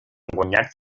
guanyat